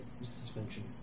suspension